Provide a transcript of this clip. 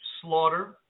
slaughter